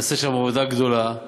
נעשית שם עבודה גדולה.